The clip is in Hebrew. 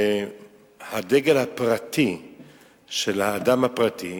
הדגל הפרטי של האדם הפרטי,